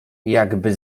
jakby